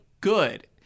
good